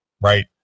Right